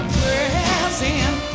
present